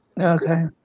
Okay